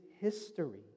history